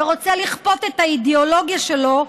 רוצה לכפות את האידיאולוגיה שלו,